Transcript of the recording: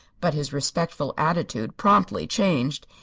but his respectful attitude promptly changed,